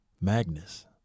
Magnus